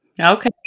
Okay